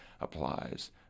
applies